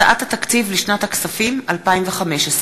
הצעת התקציב לשנת הכספים 2015,